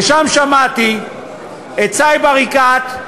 ושם שמעתי את סאיב עריקאת,